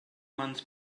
months